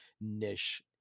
niche